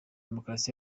demokarasi